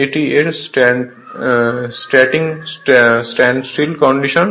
এটি এর starting standstill condition